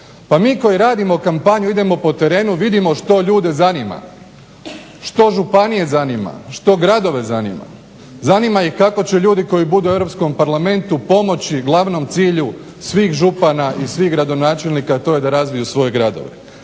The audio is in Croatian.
Pa mi koji radimo kampanju idemo po terenu, vidimo što ljude zanima, što županije zanima, što gradove zanima. Zanima ih kako će ljudi koji budu u EU parlamentu pomoći glavnom cilju svih župana i svih gradonačelnika, a to je da razviju svoje gradove,